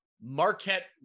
Marquette